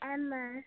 Emma